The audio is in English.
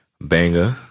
Banger